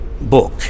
book